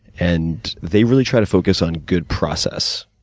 and they really try to focus on good process,